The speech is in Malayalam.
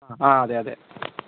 ആ അതെ അതെ